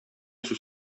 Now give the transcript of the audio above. сүз